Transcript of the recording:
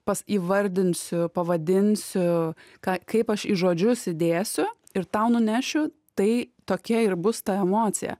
pats įvardinsiu pavadinsiu ką kaip aš į žodžius įdėsiu ir tau nunešiu tai tokia ir bus ta emocija